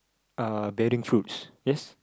uh bearing fruits yes